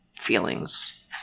feelings